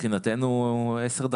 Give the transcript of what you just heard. מבחינתנו, 10 דקות.